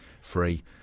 free